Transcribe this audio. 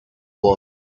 world